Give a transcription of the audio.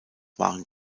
waren